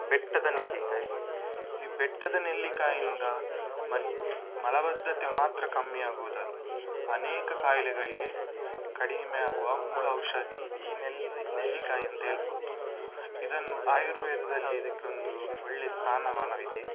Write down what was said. ಬೆಟ್ಟದ ನೆಲ್ಲಿಕಾಯಿ ಈ ಬೆಟ್ಟದ ನೆಲ್ಲಿಕಾಯಿಂದ ಮನ್ ಮಲಬದ್ಧತೆ ಮಾತ್ರ ಕಮ್ಮಿ ಆಗುವುದಲ್ಲ ಅನೇಕ ಕಾಯಿಲೆಗಳಿಗೆ ಕಡಿಮೆ ಆಗುವ ಮೂಲ ಔಷಧಿ ಈ ನೆಲ್ಲಿ ನೆಲ್ಲಿಕಾಯಿ ಅಂತ ಹೇಳ್ಬೋದು ಇದನ್ನು ಆಯುರ್ವೇದಲ್ಲಿ ಇದಕ್ಕೆ ಒಂದು ಒಳ್ಳೆ ಸ್ಥಾನಮಾನವಿದೆ